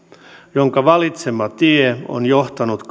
jonka valitsema tie on johtanut